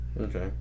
Okay